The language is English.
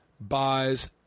buys